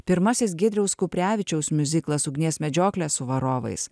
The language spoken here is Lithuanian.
pirmasis giedriaus kuprevičiaus miuziklas ugnies medžioklė su varovais